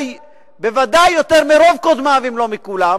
בוודאי יותר מרוב קודמיו, אם לא מכולם,